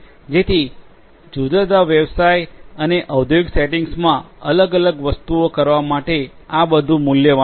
જેથી જુદા જુદા વ્યવસાય અને ઓંદ્યોગિક સેટિંગ્સમાં અલગ અલગ વસ્તુઓ કરવા માટે આ બધુ મૂલ્યવાન છે